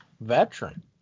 veteran